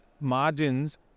margins